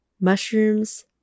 mushrooms